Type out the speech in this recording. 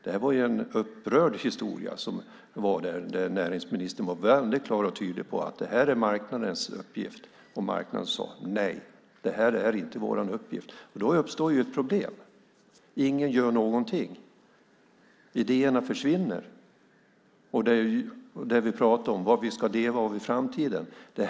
Det var en upprörd historia där näringsministern var klar och tydlig med att det var marknadens uppgift, och marknaden sade: Nej, det är inte vår uppgift. Då uppstår ett problem. Ingen gör någonting, och idéerna försvinner. Det handlar om vad vi talade om, nämligen vad vi ska leva av i framtiden.